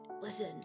Listen